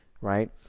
right